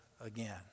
again